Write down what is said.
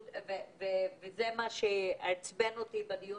זה לא עובד,